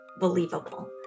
believable